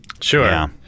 Sure